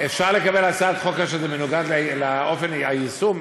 אפשר לקבל הצעת חוק כאשר זה מנוגד לאופן היישום,